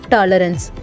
Tolerance